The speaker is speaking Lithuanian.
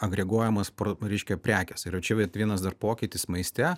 agreguojamas pro reiškia prekės yra čia vat vienas dar pokytis maiste